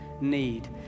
need